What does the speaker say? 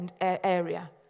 area